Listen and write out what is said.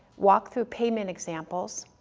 walk through payment examples,